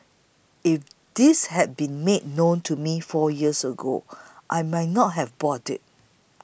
if this had been made known to me four years ago I might not have bought it